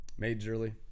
Majorly